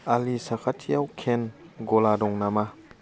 अलि साखाथियाव केन गला दं नामा